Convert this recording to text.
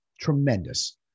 Tremendous